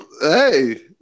Hey